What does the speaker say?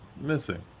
missing